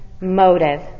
motive